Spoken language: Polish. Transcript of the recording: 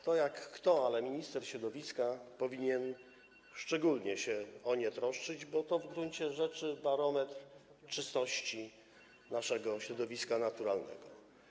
Kto jak kto, ale minister środowiska powinien szczególnie troszczyć się o nie, bo to w gruncie rzeczy barometr czystości naszego środowiska naturalnego.